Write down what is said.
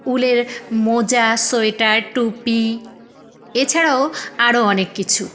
উলের মোজা সোয়েটার টুপি এছাড়াও আরো অনেক কিছু